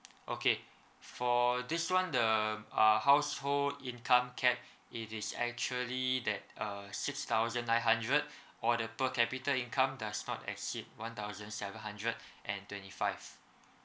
okay for this one the uh household income cap it is actually that uh six thousand nine hundred or the per capita income does not exceed one thousand seven hundred and twenty five